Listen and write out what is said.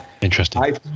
Interesting